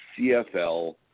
CFL